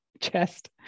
chest